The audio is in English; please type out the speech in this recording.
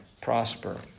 prosper